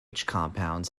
compounds